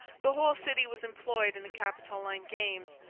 the whole city was employed in the capitoline games,